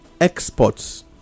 exports